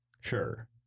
Sure